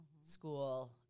school